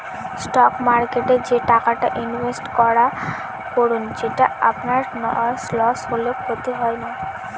stock মার্কেটে যে টাকাটা ইনভেস্ট করুন সেটা আপনার লস হলেও ক্ষতি হয় না